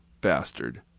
bastard